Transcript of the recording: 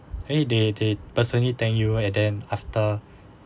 !hey! they they personally thank you and then after